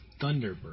Thunderbird